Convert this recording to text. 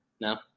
No